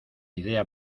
idea